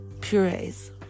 puree's